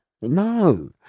No